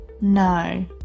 no